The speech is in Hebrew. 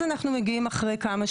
כי אם ל הייתה בעיה,